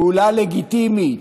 פעולה לגיטימית,